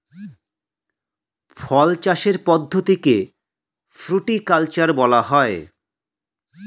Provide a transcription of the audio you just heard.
ফল চাষের পদ্ধতিকে ফ্রুটিকালচার বলা হয়